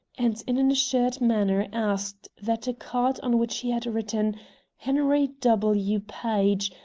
and in an assured manner asked that a card on which he had written henry w. page,